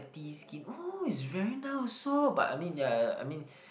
the skin oh is very nice also but I mean yeah yeah I mean